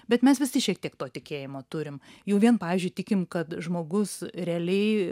bet mes visi šiek tiek to tikėjimo turim jau vien pavyzdžiui tikim kad žmogus realiai